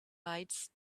lights